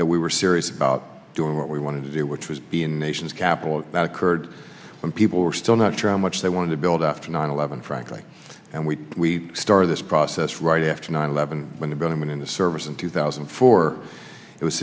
that we were serious about doing what we wanted to do which was being nation's capital that occurred when people were still not sure how much they wanted to build after nine eleven frankly and we started this process right after nine eleven when the going into service in two thousand for it was